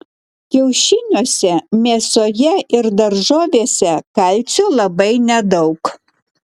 kiaušiniuose mėsoje ir daržovėse kalcio labai nedaug